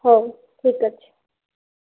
ହଉ ଠିକ୍ ଅଛି